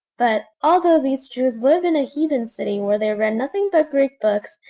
but, although these jews lived in a heathen city where they read nothing but greek books,